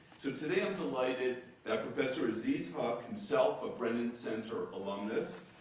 so, today i'm delighted that professor aziz ah huq, himself, of brennan center alumnus,